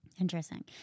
Interesting